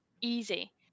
easy